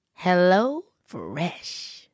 HelloFresh